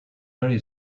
very